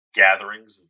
gatherings